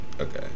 Okay